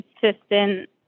consistent